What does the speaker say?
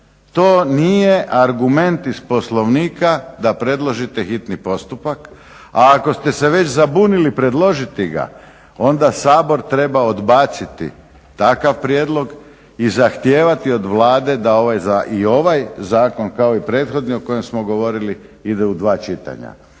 To nije argument iz Poslovnika da predložite hitni postupak. A ako ste se već zabunili predložiti ga onda Sabor treba odbaciti takav prijedlog i zahtijevati od Vlade da i ovaj zakon kao i prethodi o kojem smo govorili ide u dva čitanja.